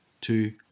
two